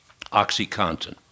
Oxycontin